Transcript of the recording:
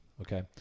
Okay